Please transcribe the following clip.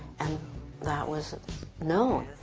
and that was known.